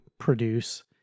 produce